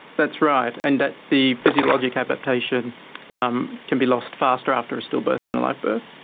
that's right, and that the physiologic adaptation um can be lost faster after a stillbirth and a live birth.